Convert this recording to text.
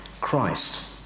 Christ